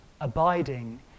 abiding